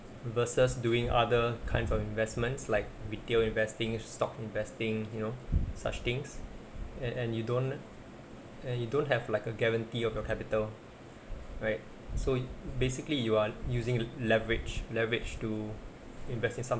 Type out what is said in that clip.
versus doing other kinds of investments like retail investing stock investing you know such things and and you don't and you don't have like a guarantee of your capital right so basically you are using leverage leverage to invest in some